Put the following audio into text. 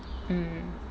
mm